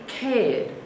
cared